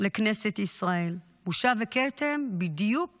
לכנסת ישראל, בושה וכתם בדיוק